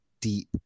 deep